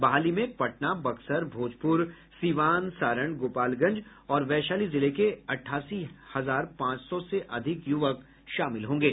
बहाली में पटना बक्सर भोजपुर सीवान सारण गोपालगंज और वैशाली जिले के अठासी हजार पांच सौ से अधिक यूवक शामिल होंगे